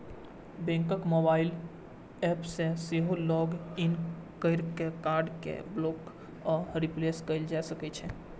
बैंकक mobile app पर सेहो लॉग इन कैर के कार्ड कें ब्लॉक आ रिप्लेस कैल जा सकै छै